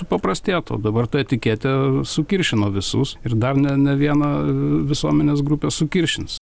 supaprastėtų o dabar ta etiketė sukiršino visus ir dar ne ne vieną visuomenės grupę sukiršins